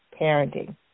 parenting